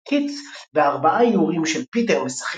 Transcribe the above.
ואת קיטס בארבעה איורים של פיטר משחק